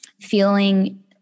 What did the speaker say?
feeling